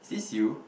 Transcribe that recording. is this you